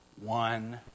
one